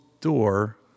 door